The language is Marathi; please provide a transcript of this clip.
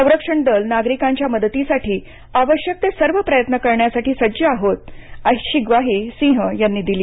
संरक्षण दल नागरिकांच्या मदतीसाठी आवश्यक ते सर्व प्रयत्न करण्यासाठी सज्ज आहेत अशी ग्वाही सिंह यांनी दिली